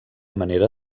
manera